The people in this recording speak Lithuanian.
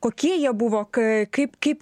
kokie jie buvo kai kaip kaip